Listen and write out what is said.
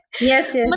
Yes